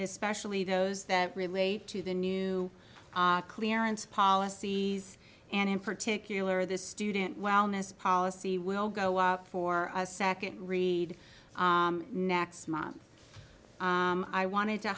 especially those that relate to the new clearance policies and in particular the student wellness policy will go up for a second read next month i wanted to